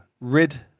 Rid